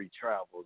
travels